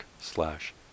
slash